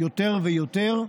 יותר ויותר,